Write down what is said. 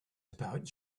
about